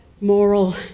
Moral